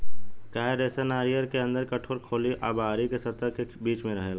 coir रेशा नारियर के अंदर के कठोर खोली आ बाहरी के सतह के बीच में रहेला